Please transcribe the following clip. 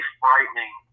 frightening